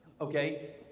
Okay